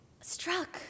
struck